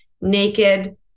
naked